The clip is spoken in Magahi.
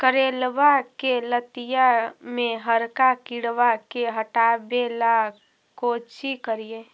करेलबा के लतिया में हरका किड़बा के हटाबेला कोची करिए?